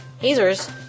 Hazers